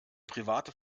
private